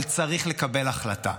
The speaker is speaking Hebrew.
אבל צריך לקבל החלטה.